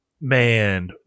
Man